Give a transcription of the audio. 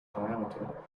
diameter